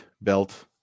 belt